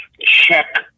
check